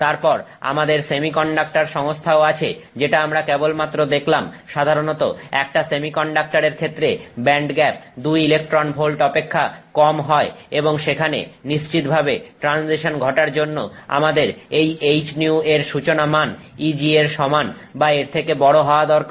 তারপর আমাদের সেমিকন্ডাক্টর সংস্থাও আছে যেটা আমরা কেবলমাত্র দেখলাম সাধারণত একটা সেমিকন্ডাক্টরের ক্ষেত্রে ব্যান্ডগ্যাপ 2 ইলেকট্রন ভোল্ট অপেক্ষা কম হয় এবং সেখানে নিশ্চিতভাবে ট্রানজিশন ঘটার জন্য আমাদের এই hυ এর সূচনা মান Eg এর সমান বা এর থেকে বড় হওয়া দরকার